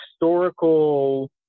historical